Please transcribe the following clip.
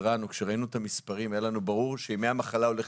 כשראינו את המספרים התרענו שנושא ימי המחלה יהפוך